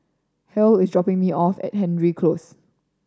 Hale is dropping me off at Hendry Close